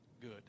good